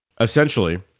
essentially